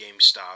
GameStop